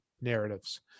narratives